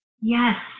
Yes